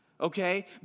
okay